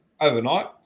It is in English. overnight